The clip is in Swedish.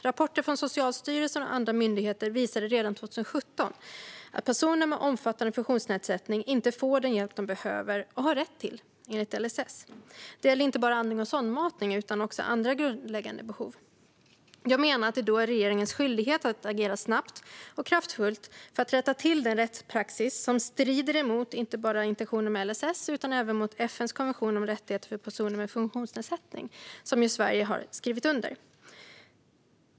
Rapporter från Socialstyrelsen och andra myndigheter visade redan 2017 att personer med omfattande funktionsnedsättning inte får den hjälp de behöver och har rätt till enligt LSS. Det gäller inte bara andning och sondmatning utan också andra grundläggande behov. Jag menar att det då är regeringens skyldighet att agera snabbt och kraftfullt för att rätta till den rättspraxis som strider inte bara mot intentionen med LSS utan även mot FN:s konvention om rättigheter för personer med funktionsnedsättning, som Sverige ju har skrivit under.